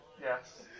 Yes